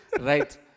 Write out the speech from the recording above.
Right